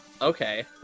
okay